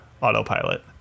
autopilot